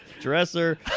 dresser